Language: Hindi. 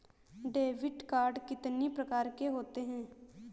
डेबिट कार्ड कितनी प्रकार के होते हैं?